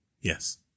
Yes